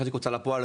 חלק הוצאה לפועל,